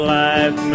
life